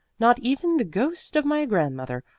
not even the ghost of my grandmother.